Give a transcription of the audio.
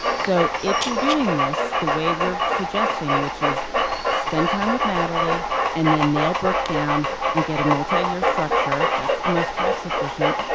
so if you're doing this the way we're suggesting which is spend time with natalee and then nail broke down and get a multi-year structure that's the most tax efficient.